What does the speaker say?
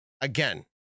again